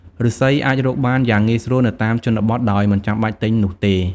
ឬស្សីអាចរកបានយ៉ាងងាយស្រួលនៅតាមជនបទដោយមិនចាំបាច់ទិញនោះទេ។